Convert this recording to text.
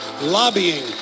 lobbying